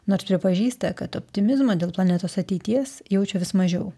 nors pripažįsta kad optimizmo dėl planetos ateities jaučia vis mažiau